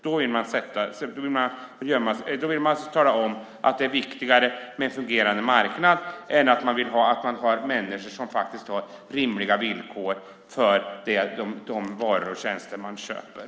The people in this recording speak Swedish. Då talar man om att det är viktigare med en fungerande marknad än att människor har rimliga villkor vid köp av varor och tjänster.